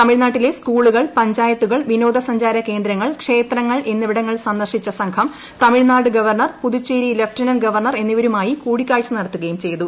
തമിഴ്നാട്ടിലെ സ്കൂളുകൾ പഞ്ചായത്തുകൾ വിനോദ സഞ്ചാര കേന്ദ്രങ്ങൾ ക്ഷേത്രങ്ങൾ എന്നിവിടങ്ങൾ സന്ദർശിക്കുന്ന സംഘം Tamil Nadu governor Puducherry lieutenant governor എന്നിവരുമായി കൂടിക്കാഴ്ച നടത്തുകയും ചെയ്തു